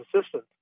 assistance